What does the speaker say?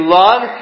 love